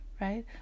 Right